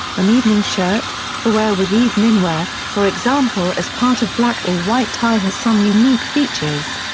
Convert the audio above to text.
an evening shirt, for wear with eveningwear, for example as part of black or white tie has some unique features.